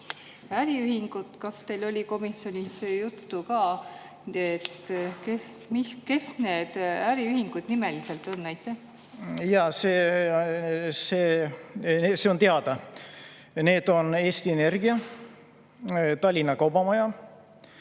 äriühingut, siis kas teil oli komisjonis juttu ka, kes need äriühingud nimeliselt on? Jaa! See on teada. Need on Eesti Energia AS, Tallinna Kaubamaja